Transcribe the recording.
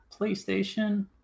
PlayStation